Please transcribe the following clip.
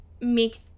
make